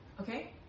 Okay